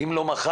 ואם לא מחר,